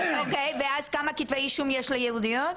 ואז כמה כתבי אישום יש ליהודיות?